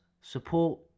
support